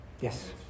Yes